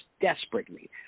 desperately